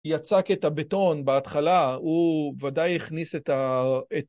יצק את הבטון בהתחלה, הוא ודאי הכניס את ה...